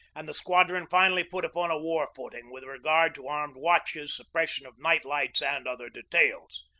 and the squadron finally put upon a war footing with regard to armed watches, suppression of night lights, and other details.